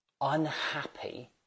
unhappy